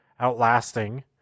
outlasting